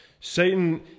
Satan